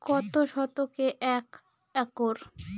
কত শতকে এক একর?